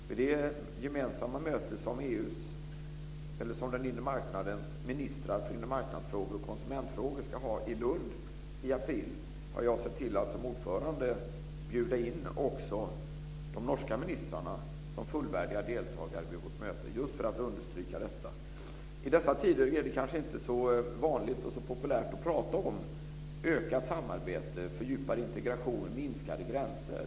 Till det gemensamma möte som ministrar för inremarknadsfrågor och konsumentfrågor ska ha i Lund i april har jag som ordförande sett till att bjuda in också de norska ministrarna som fullvärdiga deltagare - just för att understryka detta. I dessa tider är det kanske inte så vanligt och populärt att prata om ökat samarbete, fördjupad integration, färre gränser.